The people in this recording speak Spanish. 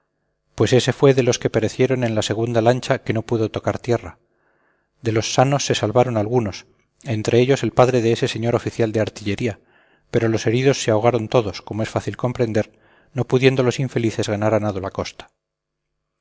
pues ese fue de los que perecieron en la segunda lancha que no pudo tocar a tierra de los sanos se salvaron algunos entre ellos el padre de ese señor oficial de artillería pero los heridos se ahogaron todos como es fácil comprender no pudiendo los infelices ganar a nado la costa